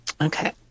Okay